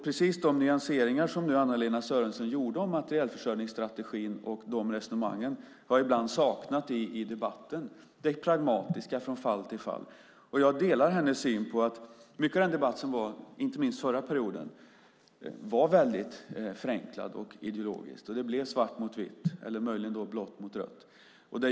Precis de nyanseringar och resonemang som vi nu hörde från Anna-Lena Sörenson om materielförsörjningsstrategin har jag ibland saknat i debatten - det pragmatiska från fall till fall. Jag delar också hennes syn att mycket av debatten inte minst under förra mandatperioden var väldigt förenklad och ideologisk. Det blev svart mot vitt, eller möjligen blått mot rött.